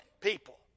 people